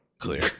Clear